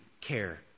care